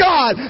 God